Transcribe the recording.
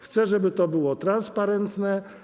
Chcę, żeby to było transparentne.